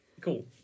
cool